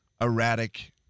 erratic